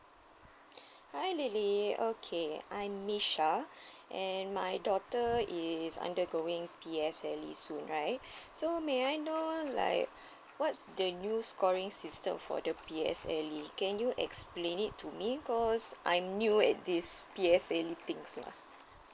hi lily okay I'm misha and my daughter is undergoing P_S_L_E soon right so may I know like what's the new scoring system for the P_S_L_E can you explain it to me cause I knew it is P_S_L_E things lah